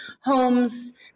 homes